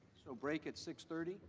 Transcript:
so break at six thirty?